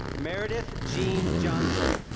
meredith jean johnson